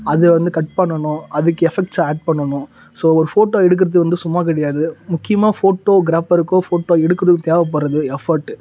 அதை வந்து கட் பண்ணணும் அதுக்கு எஃபெக்ட்ஸில் ஆட் பண்ணணும் ஸோ ஒரு ஃபோட்டோ எடுக்கிறது வந்து சும்மா கிடையாது முக்கியமா ஃபோட்டோக்ராபருக்கோ ஃபோட்டோ எடுக்கிறதுக்கு தேவப்படுறது எஃபர்ட்டு